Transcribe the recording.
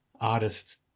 artists